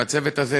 והצוות הזה,